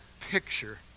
picture